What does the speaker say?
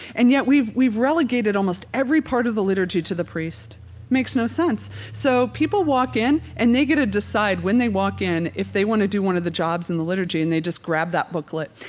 and yet we've we've relegated almost every part of the liturgy to the priest. it makes no sense. and so people walk in and they get to decide when they walk in if they want to do one of the jobs in the liturgy and they just grab that booklet.